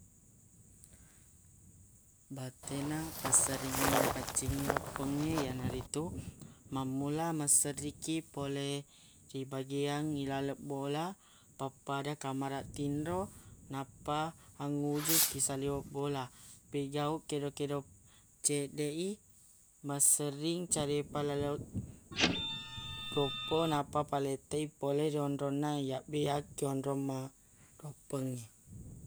Batena passeriggi napaccingngi aroppengnge iyanaritu mamula masserikkiq pole ri bageang ilaleng bola pappada kamaraq tinro nappa angnguju ki saliweng bola pegau kedo-kedo ceddeq i massering calepa laleng koppo nappa palette i pole ri onrong na yabbeang ki onrong ma roppengnge.